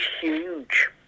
huge